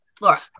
Laura